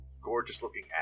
gorgeous-looking